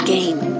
Game